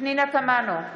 פנינה תמנו,